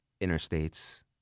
interstates